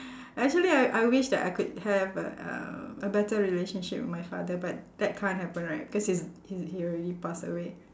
actually I I wish that I could have a uh a better relationship with my father but that can't happen right cause he's he's he already pass away